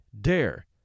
Dare